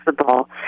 possible